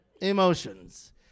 Emotions